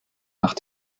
nach